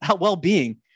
well-being